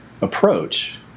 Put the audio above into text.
approach